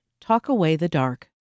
talkawaythedark